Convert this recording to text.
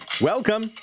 Welcome